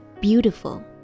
beautiful